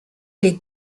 les